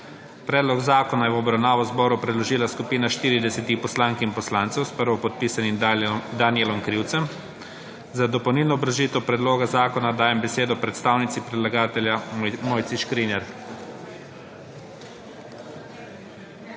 Predlog zakona je v obravnavo Državnemu zboru predložila skupina 40 poslank in poslancev s prvopodpisanim Danijelom Krivcem. Za dopolnilno obrazložitev predloga zakona dajem besedo predstavnici predlagateljev Mojci Škrinjar.